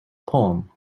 poem